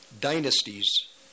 dynasties